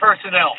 personnel